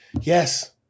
Yes